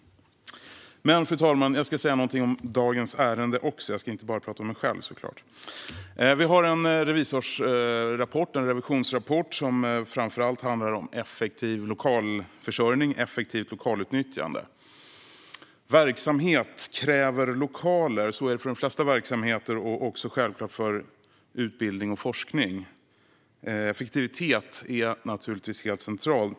Fru talman! Jag ska säga någonting om dagens ärende också och inte bara tala om mig själv. Vi har en rapport från Riksrevisionen som framför allt handlar om effektiv lokalförsörjning och effektivt lokalutnyttjande. Verksamhet kräver lokaler. Så är det för de flesta verksamheter och självklart även för utbildning och forskning. Effektivitet är naturligtvis helt centralt.